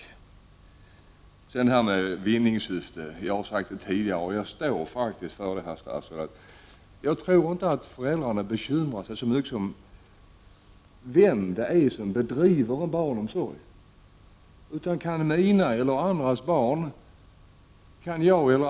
När det gäller detta med vinningssyfte har jag sagt tidigare — och jag står faktiskt för det, herr statsråd — att jag inte tror att föräldrarna bekymrar sig så mycket för vem det är som bedriver barnomsorg.